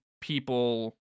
people